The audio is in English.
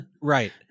Right